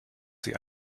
sie